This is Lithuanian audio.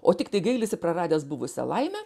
o tiktai gailisi praradęs buvusią laimę